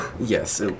Yes